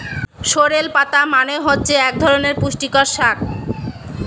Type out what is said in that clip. sorrel পাতা মানে হচ্ছে এক ধরনের পুষ্টিকর শাক